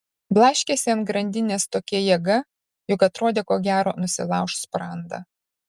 blaškėsi ant grandinės tokia jėga jog atrodė ko gero nusilauš sprandą